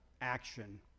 action